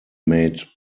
made